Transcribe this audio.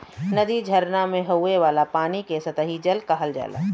नदी, झरना में होये वाला पानी के सतही जल कहल जाला